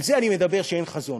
על זה אני מדבר שאין חזון.